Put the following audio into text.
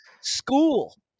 school